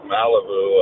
Malibu